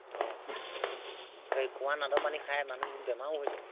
অঁ হেৰি এই কুৱা নাদৰ পানী খাই মানুহবোৰৰ বেমাৰো হৈছে